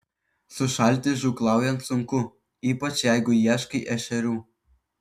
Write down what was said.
sušalti žūklaujant sunku ypač jeigu ieškai ešerių